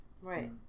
Right